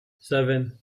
seven